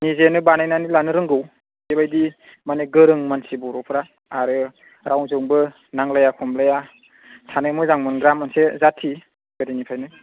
निजेनो बानायनानै लानो रोंगौ बेबायदि माने गोरों मानसि बर'फ्रा आरो रावजोंबो नांलाया खमलाया थानो मोजां मोनग्रा मोनसे जाथि गोदोनिफ्रायनो